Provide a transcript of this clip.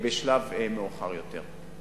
בשלב מאוחר יותר.